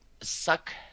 suck